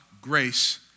grace